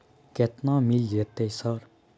केतना मिल जेतै सर?